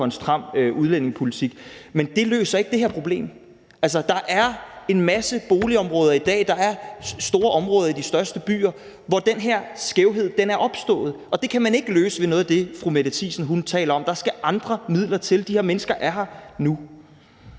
en stram udlændingepolitik, men det løser ikke det her problem. Altså, der er en masse boligområder i dag, der er store områder i de største byer, hvor den her skævhed er opstået, og det kan man ikke løse ved noget af det, fru Mette Thiesen taler om. Der skal andre midler til – de her mennesker er her nu.